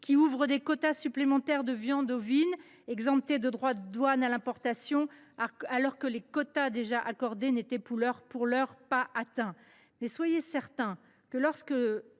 qui ouvre des quotas supplémentaires de viande ovine exemptés de droits de douane à l’importation, alors que les quotas déjà accordés n’étaient, pour l’heure, pas atteints. Soyez toutefois certains que, même